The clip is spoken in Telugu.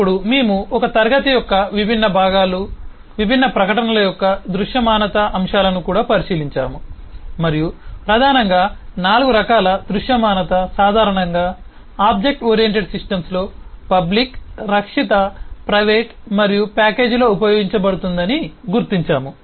అప్పుడు మేము ఒక క్లాస్ యొక్క విభిన్న భాగాలు విభిన్న ప్రకటనల యొక్క దృశ్యమానత అంశాలను కూడా పరిశీలించాము మరియు ప్రధానంగా 4 రకాల దృశ్యమానత సాధారణంగా ఆబ్జెక్ట్ ఓరియెంటెడ్ సిస్టమ్స్లో పబ్లిక్ రక్షిత ప్రైవేట్ మరియు ప్యాకేజీలో ఉపయోగించబడుతుందని గుర్తించాము